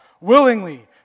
willingly